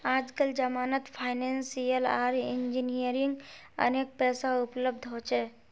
आजकल जमानत फाइनेंसियल आर इंजीनियरिंग अनेक पैसा उपलब्ध हो छे